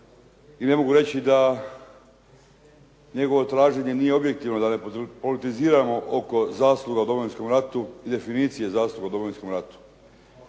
i ne mogu reći da njegovo traženje nije objektivno, da ne politiziramo oko zasluga u Domovinskom ratu i definicije zasluga u Domovinskom ratu.